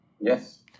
Yes